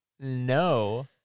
No